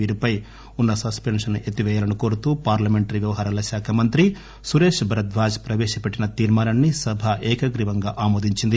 వీరిపై ఉన్న సస్సెన్లస్ ఎత్తివేయాలని కోరుతూ పార్ణమెంటరీ వ్యవహారాలశాఖ మంత్రి సురేష్ భరధ్వాజ్ ప్రవేశపెట్టిన తీర్మానాన్ని సభ ఏకగ్రీవంగా ఆమోదించింది